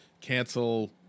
cancel